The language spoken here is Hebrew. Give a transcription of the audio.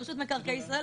רשות מקרקעי ישראל,